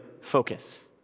focus